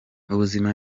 ubuzima